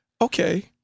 okay